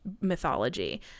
mythology